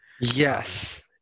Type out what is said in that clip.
yes